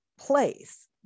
place